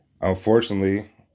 unfortunately